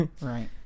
right